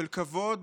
של כבוד,